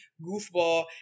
goofball